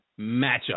matchup